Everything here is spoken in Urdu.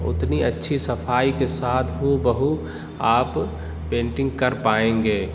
اتنی اچھی صفائی کے ساتھ ہُو بہُو آپ پینٹنگ کر پائیں گے